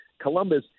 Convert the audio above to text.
Columbus